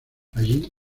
allí